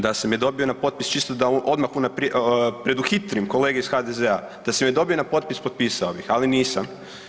Da sam je dobio na potpis čisto da odmah preduhitrim kolege iz HDZ-a, da sam je dobio na potpis, potpisao bih, ali nisam.